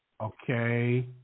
okay